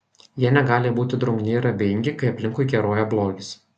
jie negali būti drungni ir abejingi kai aplinkui keroja blogis